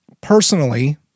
personally